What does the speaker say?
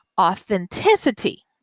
authenticity